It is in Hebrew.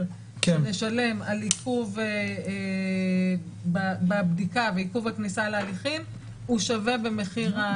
שנשלם על עיכוב בבדיקה ועיכוב בכניסה להליכים שווה במחיר ה